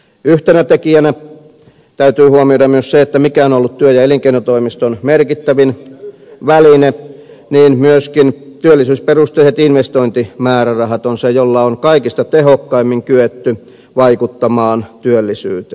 yhtenä tekijänä täytyy huomioida myös se mikä on ollut työ ja elinkeinotoimiston merkittävin väline eli myöskin työllisyysperusteiset investointimäärärahat on se väline jolla on kaikista tehokkaimmin kyetty vaikuttamaan työllisyyteen